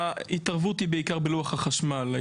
ההתערבות היא בעיקר בלוח החשמל,